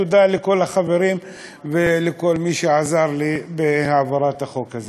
תודה לכל החברים ולכל מי שעזר לי בהעברת החוק הזה.